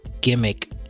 gimmick